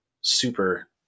super